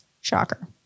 Shocker